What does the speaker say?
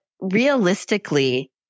realistically